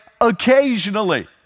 occasionally